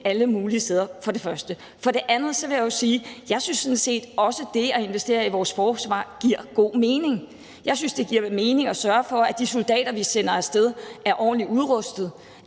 alle mulige steder. For det andet vil jeg jo sige: Jeg synes sådan set også, det at investere i vores forsvar giver god mening. Jeg synes, det giver mening at sørge for, at de soldater, vi sender af sted, er ordentligt udrustet,